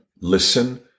listen